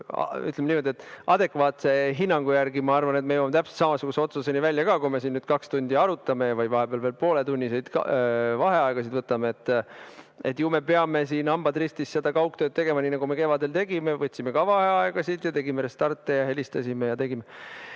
ütleme niimoodi, et adekvaatse hinnangu järgi ma arvan, et me jõuame täpselt samasuguse otsuseni välja ka täna, kui me siin nüüd kaks tundi arutame või vahepeal veel pooletunniseid vaheaegasid võtame. Me peame, hambad ristis, seda kaugtööd tegema, nii nagu me kevadel tegime, võtsime ka vaheaegasid, tegime restarte ja helistasime. Selline